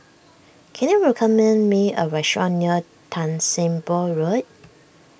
can you recommend me a restaurant near Tan Sim Boh Road